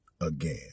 again